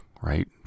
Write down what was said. right